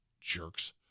Jerks